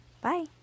Bye